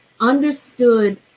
understood